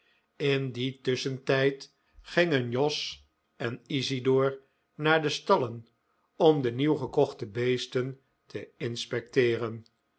in dien tusschentijd gingen jos en isidor naar de stallen om de nieuwgekochte beesten te inspecteeren